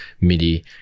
midi